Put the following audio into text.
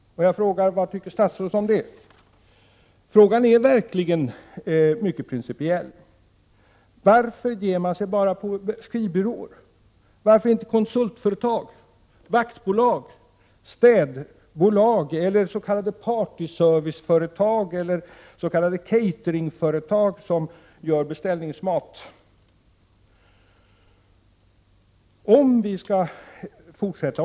Jag frågar: Vad tycker statsrådet om det? Frågan är verkligen av mycket principiell art. Varför ger man sig bara på skrivbyråer, varför inte konsultföretag, vaktbolag, städbolag eller s.k. partyserviceföretag eller s.k. cateringföretag som på beställning lagar mat?